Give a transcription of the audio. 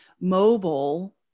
mobile